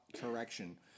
correction